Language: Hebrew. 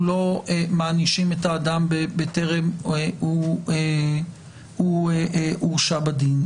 לא מענישים את האדם בטרם שהוא הורשע בדין,